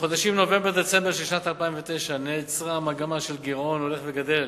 בחודשים נובמבר-דצמבר של שנת 2009 נעצרה המגמה של גירעון הולך וגדל